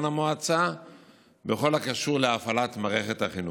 המועצה בכל הקשור להפעלת מערכת החינוך.